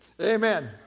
Amen